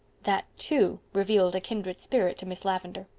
that too revealed a kindred spirit to miss lavendar.